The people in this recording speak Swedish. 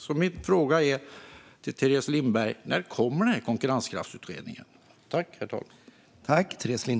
Så min fråga till Teres Lindberg är: När kommer konkurrenskraftsutredningen?